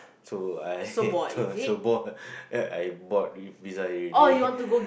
so I also bought uh I bought pizza already